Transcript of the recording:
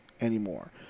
anymore